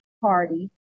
Party